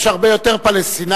יש הרבה יותר פלסטינים,